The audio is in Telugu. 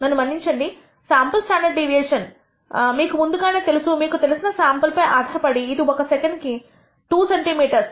నన్ను మన్నించండి శాంపుల్ స్టాండర్డ్ డీవియేషన్ మీకు ముందుగానే తెలుసు మీకు తెలిసిన శాంపుల్ పై ఆధారపడి ఇది ఒక సెకండ్ కి 2 సెంటీ మీటర్స్